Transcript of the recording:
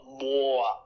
more